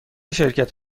شرکت